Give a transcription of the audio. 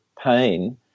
pain